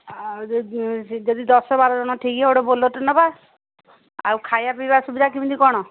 ଆଉ ଯଦି ଦଶ ବାର ଜଣ ଠିକ୍ ହେବ ବୋଲେରୋଟେ ନେବା ଆଉ ଖାଇବା ପିଇବା ସୁବିଧା କେମିତି କ'ଣ